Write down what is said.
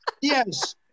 Yes